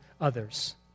others